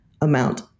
amount